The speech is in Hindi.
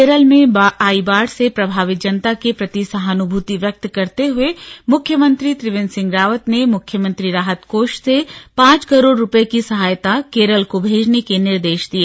केरल में आई बाढ़ से प्रभावित जनता के प्रति सहानुभूति व्यक्त करते हुए मुख्यमंत्री त्रिवेन्द्र सिंह रावत ने मुख्यमंत्री राहत कोश से पांच करोड़ रुपए की सहायता केरल को भेजने के निर्देा दिए